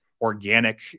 organic